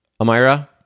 Amira